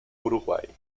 uruguay